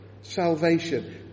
salvation